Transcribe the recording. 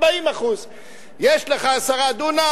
40%. יש לך 10 דונם,